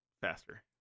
faster